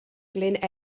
glyn